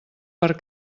per